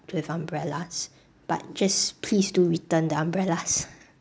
with umbrellas but just please do return the umbrellas